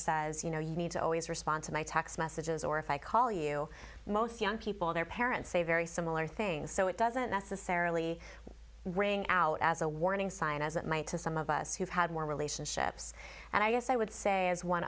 says you know you need to always response and i text messages or if i call you most young people their parents say very similar things so it doesn't necessarily bring out as a warning sign as it might to some of us who've had more relationships and i guess i would say as one